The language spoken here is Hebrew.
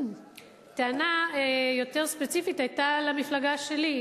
טענה יותר ספציפית היתה למפלגה שלי,